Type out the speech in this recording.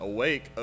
Awake